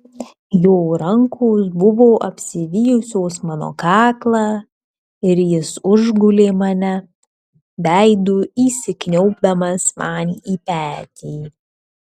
jo rankos buvo apsivijusios mano kaklą ir jis užgulė mane veidu įsikniaubdamas man į petį